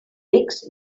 rics